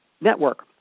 network